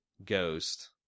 ghost